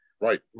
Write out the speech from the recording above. Right